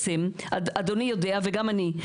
אדוני יודע וגם אני,